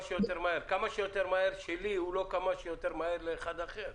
כמה שיותר מהר שלי הוא לא כמה שיותר מהר לאחד אחר.